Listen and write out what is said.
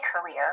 career